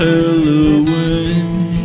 Halloween